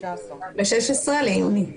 ב-16 ביוני.